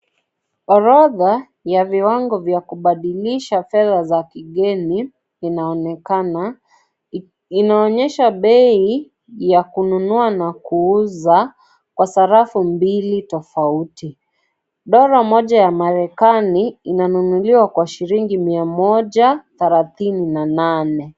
Orodha ya viwango vya kubadilisha fedha za kigeni inaonekana. Inaonyesha bei ya kununua na kuuza kwa sarafu mbili tofauti. Dola moja ya Marekani inanunuliwa kwa shilingi mia moja thelathini na nane.